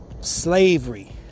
slavery